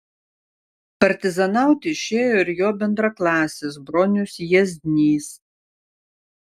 partizanauti išėjo ir jo bendraklasis bronius jieznys